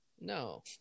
No